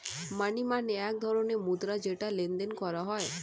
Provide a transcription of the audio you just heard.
মানি মানে এক ধরণের মুদ্রা যেটা লেনদেন করা হয়